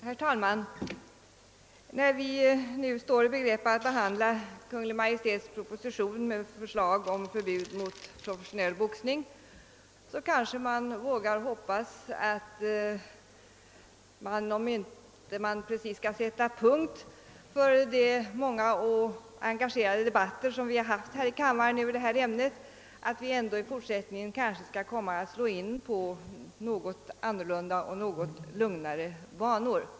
Herr talman! När vi nu står i begrepp att behandla Kungl. Maj:ts proposition med förslag om förbud mot professionell boxning vågar vi kanske hoppas att man, även om det kanske inte precis skall sättas punkt för de många och engagerade debatter som vi fört i denna kammare över detta ämne, ändå i fortsättningen skall slå in på något lugnare banor.